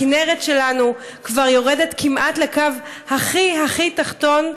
הכינרת שלנו כבר יורדת כמעט לקו הכי הכי תחתון,